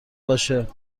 باشه